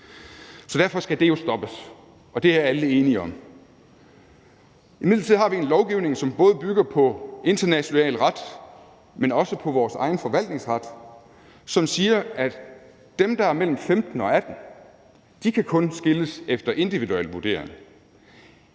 Derfor skal det jo stoppes, og det er alle enige om. Imidlertid har vi en lovgivning, som både bygger på international ret, men også på vores egen forvaltningsret, som siger, at dem, der er mellem 15 og 18 år, kun kan kun skilles efter en individuel vurdering.